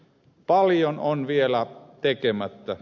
paljon on vielä tekemättä